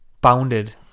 bounded